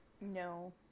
No